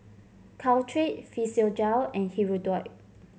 Caltrate Physiogel and Hirudoid